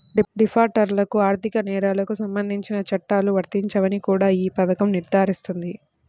డిఫాల్టర్లకు ఆర్థిక నేరాలకు సంబంధించిన చట్టాలు వర్తించవని కూడా ఈ పథకం నిర్ధారిస్తుంది